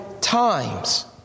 times